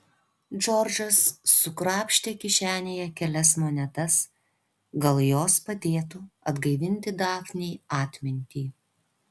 džordžas sukrapštė kišenėje kelias monetas gal jos padėtų atgaivinti dafnei atmintį